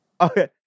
okay